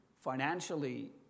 financially